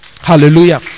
hallelujah